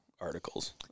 articles